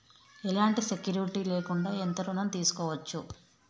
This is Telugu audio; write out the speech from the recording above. ఎలాంటి సెక్యూరిటీ లేకుండా ఎంత ఋణం తీసుకోవచ్చు?